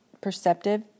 perceptive